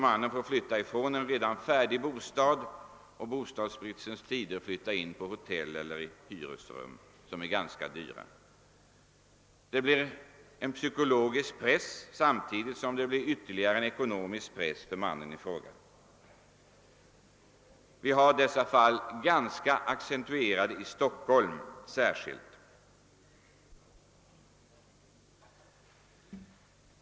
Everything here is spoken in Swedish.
Mannen får flytta från en redan färdig bostad och i dessa bostadsbristens tider flytta in på hotell eller i hyresrum, som är ganska dyra. Det blir en psykologisk press, samtidigt som det innebär en ytterligare ekonomisk press på mannen. Dessa fall är särskilt accentuerade i Stockholm.